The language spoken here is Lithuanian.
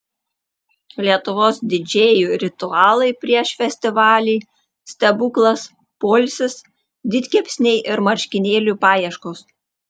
lietuvos didžėjų ritualai prieš festivalį stebuklas poilsis didkepsniai ir marškinėlių paieškos